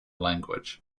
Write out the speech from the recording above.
language